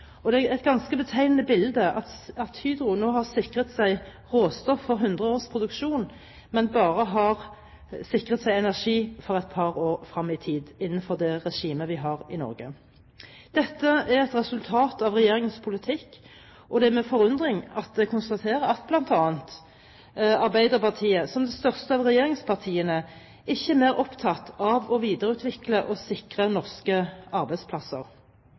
produksjon. Det er et ganske betegnende bilde at Hydro nå har sikret seg råstoff for 100 års produksjon, men bare har sikret seg energi et par år frem i tid innenfor det regimet vi har i Norge. Dette er et resultat av regjeringens politikk, og det er med forundring jeg konstaterer at bl.a. Arbeiderpartiet som det største av regjeringspartiene ikke er mer opptatt av å videreutvikle og sikre norske arbeidsplasser.